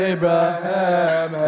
Abraham